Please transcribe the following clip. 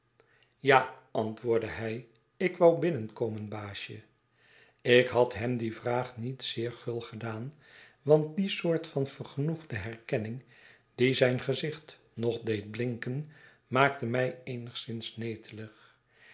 ja antwoordde hij ik wou binnenkomen baasje ik had hem die vraag niet zeer gul gedaan want die soort van vergenoegde herkenning die zijn gezicht nog deed blinken maakte mij eenigszins netelig